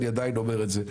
אני עדיין אומר את זה,